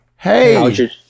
hey